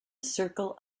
circle